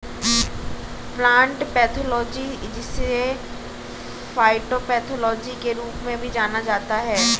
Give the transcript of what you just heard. plant pathology जिसे phytopathology के रूप में भी जाना जाता है